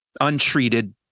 untreated